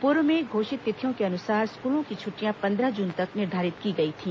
पूर्व में घोषित तिथियों के अनुसार स्कूलों की छुट्टियां पंद्रह जून तक निर्धारित की गई थी